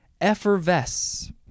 Effervesce